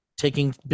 taking